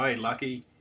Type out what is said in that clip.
Lucky